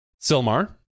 Silmar